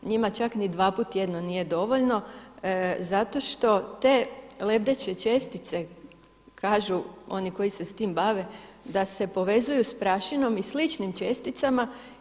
Njima čak ni dvaput tjedno nije dovoljno zato što te lebdeće čestice kažu oni koji se s tim bave, da se povezuju s prašinom i sličnim česticama.